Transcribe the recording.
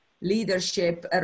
leadership